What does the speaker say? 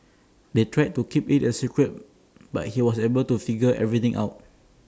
they tried to keep IT A secret but he was able to figure everything out